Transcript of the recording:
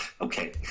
Okay